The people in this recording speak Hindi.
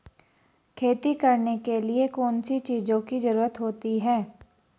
खेती करने के लिए कौनसी चीज़ों की ज़रूरत होती हैं?